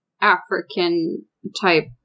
African-type